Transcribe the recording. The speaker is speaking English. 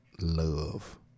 Love